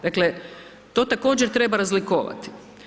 Dakle, to također treba razlikovati.